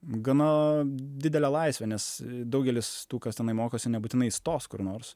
gana didelę laisvę nes daugelis tų kas tenai mokosi nebūtinai stos kur nors